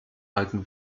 alten